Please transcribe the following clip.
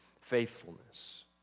faithfulness